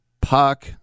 puck